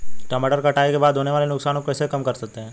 टमाटर कटाई के बाद होने वाले नुकसान को कैसे कम करते हैं?